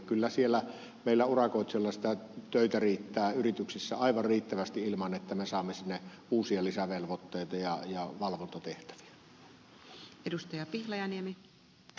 kyllä siellä meillä urakoitsijoilla töitä riittää yrityksissä aivan riittävästi ilman että me saamme sinne uusia lisävelvoitteita ja valvontatehtäviä